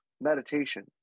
meditation